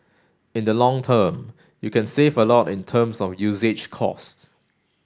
in the long term you can save a lot in terms of usage cost